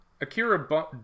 Akira